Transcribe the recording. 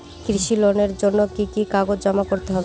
কৃষি লোনের জন্য কি কি কাগজ জমা করতে হবে?